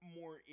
more